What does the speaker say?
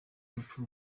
urupfu